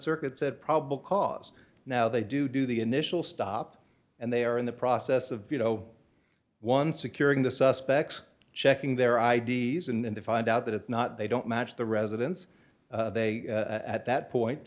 circuit said probable cause now they do do the initial stop and they are in the process of you know one securing the suspects checking their i d s and to find out that it's not they don't match the residence they at that point